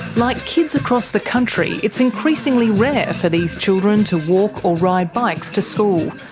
like kids across the country, it's increasingly rare for these children to walk or ride bikes to school.